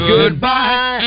Goodbye